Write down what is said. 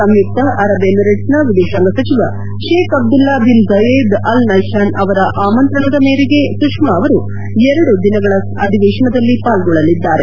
ಸಂಯುಕ್ತ Arab ಎಮಿರೇಟ್ಸ್ನ ವಿದೇಶಾಂಗ ಸಚಿವ Sheikh Abdullah bin Zayed Al ನಹ್ಲಾನ್ ಅವರ ಆಮಂತ್ರಣದ ಮೇರೆಗೆ ಸುಷ್ಕಾ ಅವರು ಎರಡು ದಿನಗಳ ಅಧಿವೇತನದಲ್ಲಿ ಪಾಲ್ಗೊಳ್ಳಲಿದ್ದಾರೆ